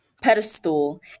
pedestal